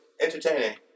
entertaining